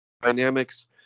dynamics